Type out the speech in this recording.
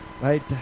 Right